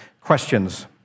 questions